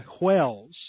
whales